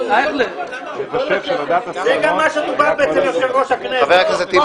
זה גם מה שדובר אצל יושב-ראש הכנסת.